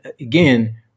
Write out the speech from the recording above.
again